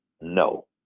no